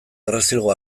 errezilgo